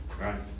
right